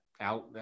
out